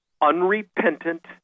unrepentant